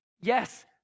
yes